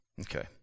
okay